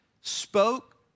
spoke